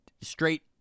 straight